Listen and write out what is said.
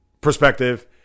perspective